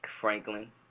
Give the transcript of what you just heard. Franklin